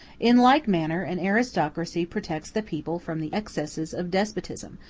in like manner an aristocracy protects the people from the excesses of despotism,